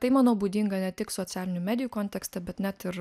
tai manau būdinga ne tik socialinių medijų kontekste bet net ir